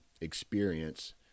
experience